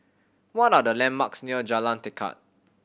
what are the landmarks near Jalan Tekad